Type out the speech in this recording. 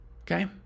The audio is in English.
Okay